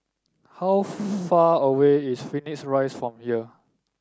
how far away is Phoenix Rise from here